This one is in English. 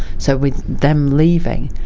so with them leaving,